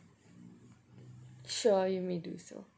sure you may do so